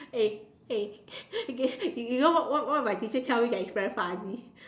eh eh okay you know what what what my teacher tell me that's very funny